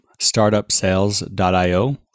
startupsales.io